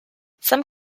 some